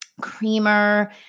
Creamer